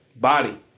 Body